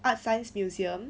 artscience museum